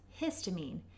histamine